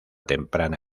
temprana